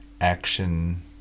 action